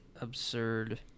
Absurd